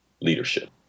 leadership